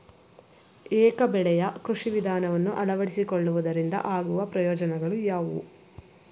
ಏಕ ಬೆಳೆಯ ಕೃಷಿ ವಿಧಾನವನ್ನು ಅಳವಡಿಸಿಕೊಳ್ಳುವುದರಿಂದ ಆಗುವ ಪ್ರಯೋಜನಗಳು ಯಾವುವು?